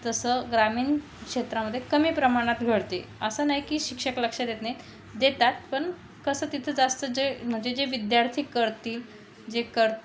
तसं ग्रामीण क्षेत्रामध्ये कमी प्रमाणात घडते असं नाही की शिक्षक लक्ष देत नाहीत देतात पण कसं तिथं जास्त जे म्हणजे जे विद्यार्थी करतील जे कर